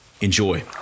Enjoy